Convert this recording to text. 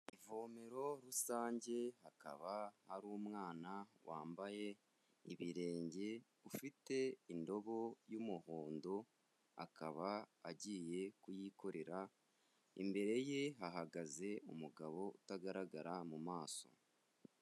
Ivomero rusange hakaba hari umwana wambaye ibirenge, ufite indobo y'umuhondo akaba agiye kuyikorera, imbere ye hahagaze umugabo utagaragara mu maso.